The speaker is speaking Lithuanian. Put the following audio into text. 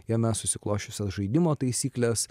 jame susiklosčiusias žaidimo taisykles